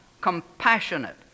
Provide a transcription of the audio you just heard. compassionate